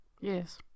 Yes